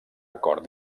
acord